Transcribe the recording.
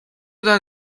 that